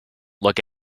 look